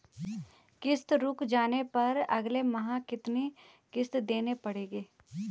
किश्त रुक जाने पर अगले माह कितनी किश्त देनी पड़ेगी?